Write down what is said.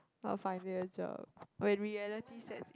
not finding a job when reality sets in